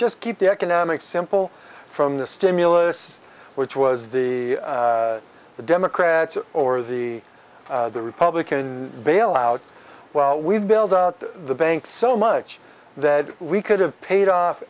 just keep the economic simple from the stimulus which was the democrats or the the republican bailout well we've bailed out the banks so much that we could have paid off